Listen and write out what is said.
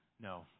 No